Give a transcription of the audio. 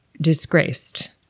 disgraced